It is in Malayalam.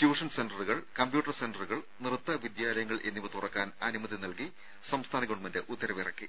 ട്യൂഷൻ സെന്ററുകൾ കമ്പ്യൂട്ടർ സെന്ററുകൾ നൃത്ത വിദ്യാലയങ്ങൾ എന്നിവ തുറക്കാൻ അനുമതി നൽകി സംസ്ഥാന ഗവൺമെന്റ് ഉത്തരവിറക്കി